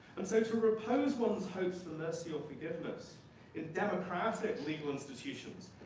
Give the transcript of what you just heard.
and so so repose one's hopes that mercy or forgiveness in democratic legal institutions,